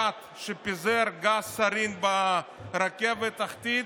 כת שפיזרה גז סארין ברכבת התחתית,